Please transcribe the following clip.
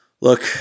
Look